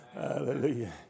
Hallelujah